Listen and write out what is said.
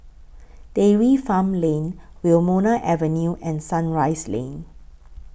Dairy Farm Lane Wilmonar Avenue and Sunrise Lane